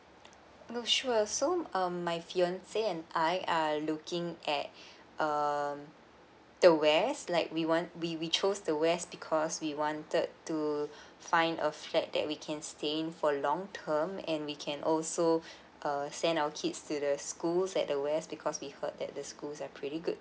oh sure so um my fiancé and I are looking at um the west like we want we we chose the west because we wanted to find a flat that we can stay in for long term and we can also uh send our kids to the schools at the west because we heard that the schools are pretty good